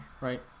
right